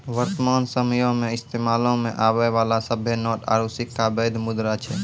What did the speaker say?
वर्तमान समयो मे इस्तेमालो मे आबै बाला सभ्भे नोट आरू सिक्का बैध मुद्रा छै